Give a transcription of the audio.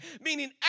meaning